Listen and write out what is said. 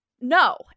No